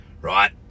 right